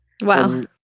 Wow